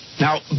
Now